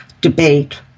debate